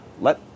let